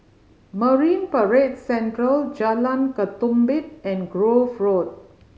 Marine Parade Central Jalan Ketumbit and Grove Road